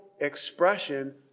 expression